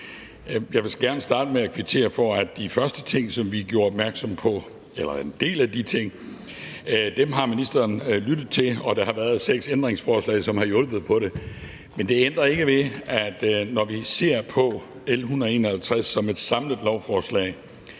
Jeg vil gerne starte med at kvittere for, at hvad angår en del af de første ting, som vi gjorde opmærksom på, har ministeren lyttet til dem, og der har været seks ændringsforslag, som har hjulpet på det. Men det ændrer ikke ved, at det, når vi ser på L 151 som et samlet lovforslag,